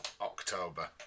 October